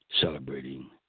celebrating